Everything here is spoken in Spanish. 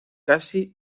casi